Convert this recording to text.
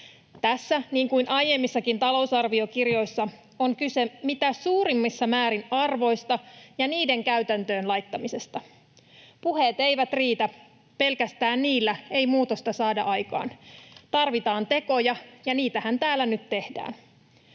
Tässä niin kuin aiemmissakin talousarviokirjoissa on kyse mitä suurimmassa määrin arvoista ja niiden käytäntöön laittamisesta. Puheet eivät riitä, pelkästään niillä ei muutosta saada aikaan. Tarvitaan tekoja, ja niitähän täällä nyt tehdään.